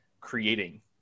creating